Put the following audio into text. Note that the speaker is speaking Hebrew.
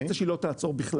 אתה רוצה שהיא לא תעצור בכלל.